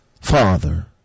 Father